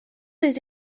des